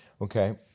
Okay